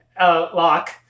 lock